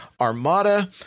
armada